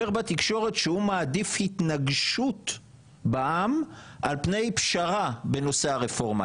בתקשורת שהוא מעדיף התנגשות בעם על פני פשרה בנושא הרפורמה,